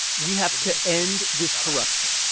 we have to end this corruption.